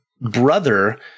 brother